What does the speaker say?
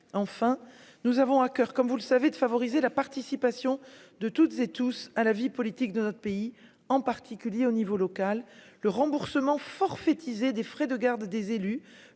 enfin, nous avons à coeur, comme vous le savez, de favoriser la participation de toutes et tous à la vie politique de notre pays, en particulier au niveau local, le remboursement forfaitisée des frais de garde des élus